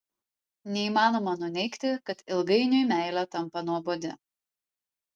neįmanoma nuneigti kad ilgainiui meilė tampa nuobodi